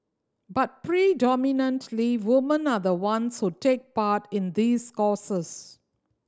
but predominantly women are the ones who take part in these courses